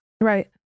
Right